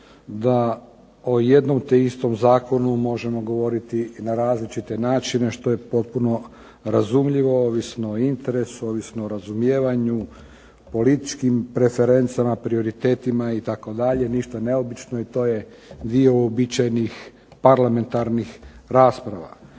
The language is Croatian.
da o jednom te istom zakonu možemo govoriti na različite načine što je potpuno razumljivo ovisno o interesu, ovisno o razumijevanju, političkim preferencima, prioritetima itd. ništa neobično i to je dio uobičajenih parlamentarnih rasprava.